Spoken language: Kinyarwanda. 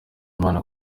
imana